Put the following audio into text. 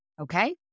okay